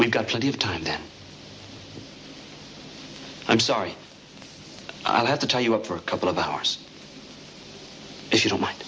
we've got plenty of time then i'm sorry i'll have to tell you up for a couple of hours if you don't mind